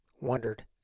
wondered